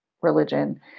religion